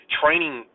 training